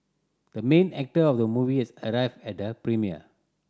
the main actor of the movie has arrived at the premiere